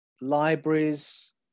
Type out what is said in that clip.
libraries